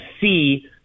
see –